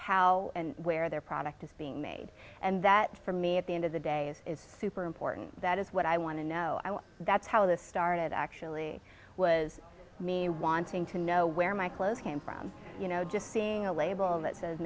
how and where their product is being made and that for me at the end of the day is super important that is what i want to know that's how this started actually was me wanting to know where my clothes came from you know just seeing a label that says